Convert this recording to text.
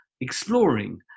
exploring